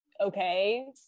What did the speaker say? Okay